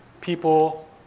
people